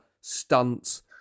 stunts